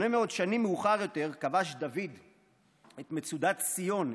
800 שנים מאוחר יותר כבש דוד את מצודת ציון,